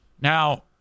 Now